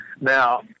Now